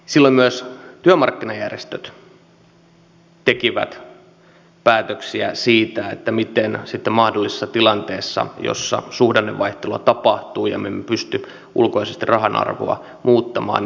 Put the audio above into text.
silloin myös työmarkkinajärjestöt tekivät päätöksiä siitä mitä pitäisi tehdä mahdollisessa tilanteessa jossa suhdannevaihtelua tapahtuu ja me emme pysty ulkoisesti rahan arvoa muuttamaan